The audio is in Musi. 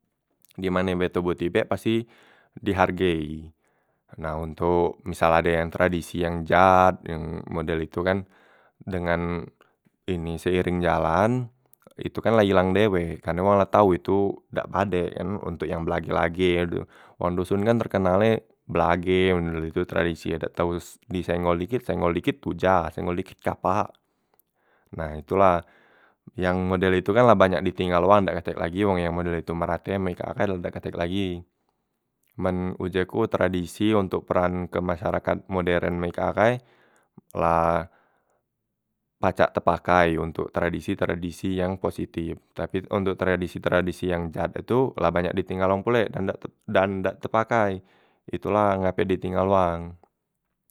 dimane be toboh tibek pasti di harge i, nah ontok misal ade tradisi yang jat yang model itu kan dengan ini seereng jalan itu kan la ilang dewek karne wang la tau itu dak padek kan untok yang belage- belage e tu, wong doson kan terkenal e belage men itu tradisi e dak tau di s senggol dikit senggol dikit tujah, senggol dikit kapak nah itu la yang model itu kan la banyak di tinggal wang dak katek lagi wong yang model itu merake mak ikak ahai dak katek lagi, men uje ku tradisi untok peran ke masyarakat moderen me ikak ahai la pacak te pakai untok tradisi- tradisi yang positip, tapi untok tradisi- tradisi yang jat itu la di tinggal wong pulek da dan dak te pakai itu la ngape di tinggal wang.